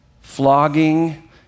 flogging